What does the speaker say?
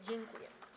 Dziękuję.